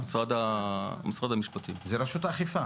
זה רשות האכיפה.